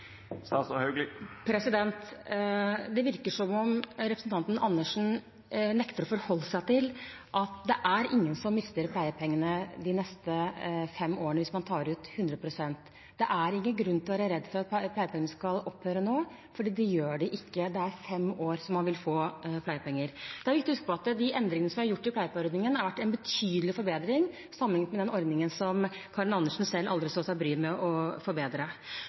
Det virker som om representanten Andersen nekter å forholde seg til at ingen mister pleiepengene de neste fem årene hvis man tar ut 100 pst. Det er ingen grunn til å være redd for at pleiepengene skal opphøre nå, for det gjør de ikke. Det er fem år man vil få pleiepenger. Det er viktig å huske på at de endringene vi har gjort i pleiepengeordningen, har vært en betydelig forbedring sammenlignet med den ordningen som Karin Andersen selv aldri tok seg bryet med å forbedre.